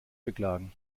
beklagen